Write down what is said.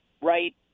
right